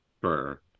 Sure